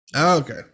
Okay